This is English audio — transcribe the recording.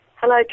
Hello